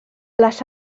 les